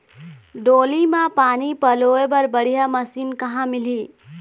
डोली म पानी पलोए बर बढ़िया मशीन कहां मिलही?